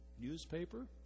newspaper